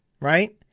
Right